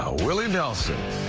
ah willie nelson.